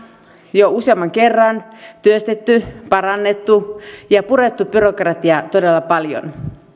jo useamman kerran työstetty parannettu ja purettu byrokratiaa todella paljon